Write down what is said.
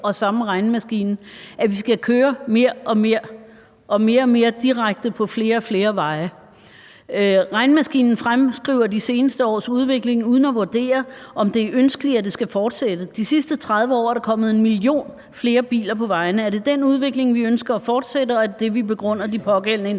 og samme regnemaskine, nemlig at vi skal køre mere og mere, og mere og mere direkte på flere og flere veje. Regnemaskinen fremskriver de seneste års udvikling uden at vurdere, om det er ønskeligt, at det skal fortsætte. De sidste 30 år er der kommet en million flere biler på vejene. Er det den udvikling, vi ønsker at fortsætte, og er det det, vi begrunder de pågældende